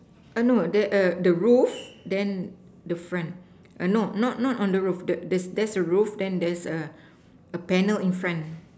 oh no there the roof then the front oh no not not on the roof there's a roof and then a panel in front